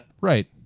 right